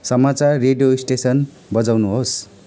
समाचार radio station बजाउनु होस्